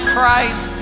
Christ